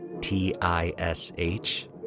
T-I-S-H